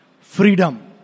Freedom